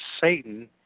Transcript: Satan